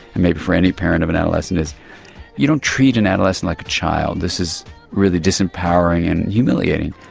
and maybe for any parent of an adolescent, is you don't treat an adolescent like a child, this is really disempowering and humiliating.